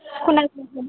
खोनायो सम